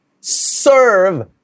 Serve